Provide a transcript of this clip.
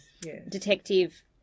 detective